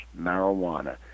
marijuana